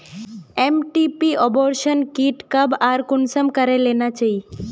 MTP abortion kit कब आर कुंसम करे लेना चही?